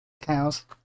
cows